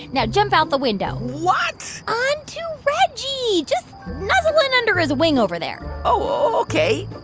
now jump out the window what? onto reggie. just nuzzle in under his wing over there oh, ok.